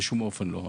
בשום אופן לא.